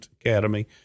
academy